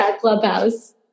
clubhouse